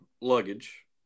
luggage